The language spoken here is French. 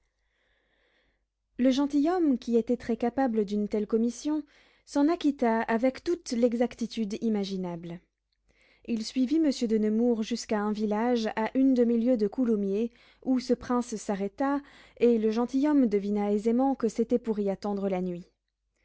le gentilhomme qui était très capable d'une telle commission s'en acquitta avec toute l'exactitude imaginable il suivit monsieur de nemours jusqu'à un village à une demi-lieue de coulommiers où ce prince s'arrêta et le gentilhomme devina aisément que c'était pour y attendre la nuit